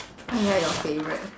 oh ya your favourite